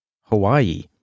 Hawaii